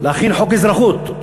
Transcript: להכין חוק אזרחות.